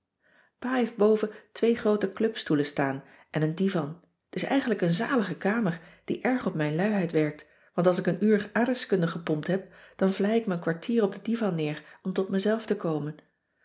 heeft boven twee groote clubstoelen staan en een divan t is eigenlijk een zalige kamer die erg op mijn luiheid werkt want als ik een uur aardrijkskunde gepompt heb dan vlei ik me een kwartier op den divan neer om tot mezelf te komen